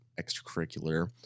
extracurricular